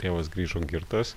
tėvas grįžo girtas